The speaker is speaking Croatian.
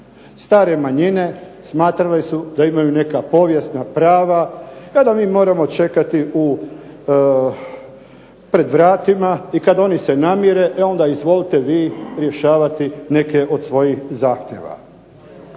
Stare manjine smatrale su da imaju neka povijesna prava, kada mi moramo čekati u, pred vratima i kad oni se namire e onda izvolite vi rješavati neke od svojih zahtjeva.